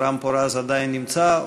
אברהם פורז עדיין נמצא?